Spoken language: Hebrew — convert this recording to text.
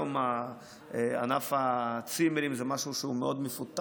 היום ענף הצימרים זה משהו שהוא מפותח,